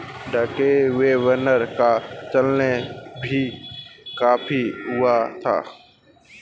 ढके हुए वैगन का चलन भी काफी हुआ था